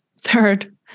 third